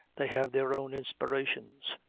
they have their own inspirations.